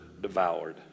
devoured